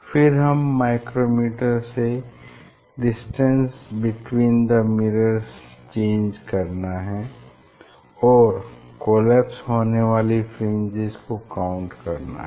फिर हम माइक्रोमीटर से distant between the mirrors change करना है और कोलैप्स होने वाली फ्रिंजेस को काउंट करना है